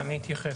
אני אתייחס.